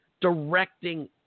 directing